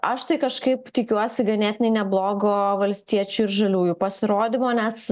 aš tai kažkaip tikiuosi ganėtinai neblogo valstiečių ir žaliųjų pasirodymo nes